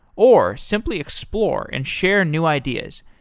or simply explore and share new ideas.